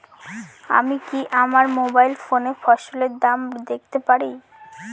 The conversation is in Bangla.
আমি কি আমার মোবাইল ফোনে ফসলের দাম দেখতে পারি?